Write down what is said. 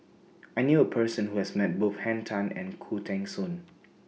I knew A Person Who has Met Both Henn Tan and Khoo Teng Soon